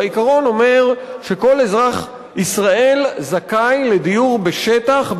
והעיקרון אומר שכל אזרח ישראל זכאי לדיור בשטח,